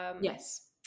Yes